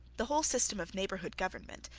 the whole system of neighbourhood government,